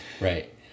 right